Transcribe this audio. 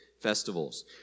festivals